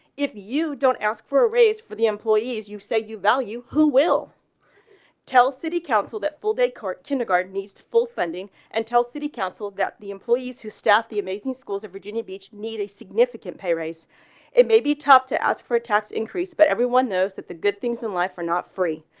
if you don't ask for a raise for the employees, you say you value who will tell city council that full descartes kindergarten needs full funding and tell city council that the employees who staff the amazing schools in virginia beach need a significant pay it may be tough to ask for a tax increase, but everyone knows that the good things in life are not free.